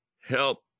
help